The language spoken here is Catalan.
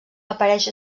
apareix